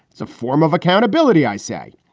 it's a form of accountability, i say.